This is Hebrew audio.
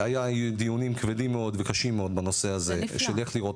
היה דיונים כבדים מאוד וקשים מאוד בנושא הזה של איך לראות